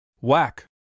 Whack